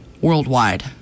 worldwide